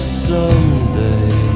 someday